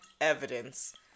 evidence